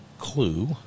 clue